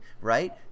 right